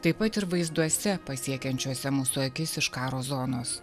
taip pat ir vaizduose pasiekiančiuose mūsų akis iš karo zonos